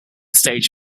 stage